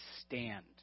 stand